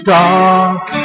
dark